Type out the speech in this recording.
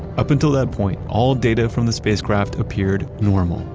up until that point, all data from the spacecraft appeared normal.